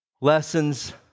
Lessons